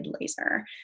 laser